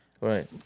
Right